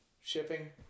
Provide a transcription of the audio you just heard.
shipping